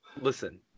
Listen